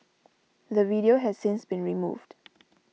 the video has since been removed